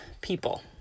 people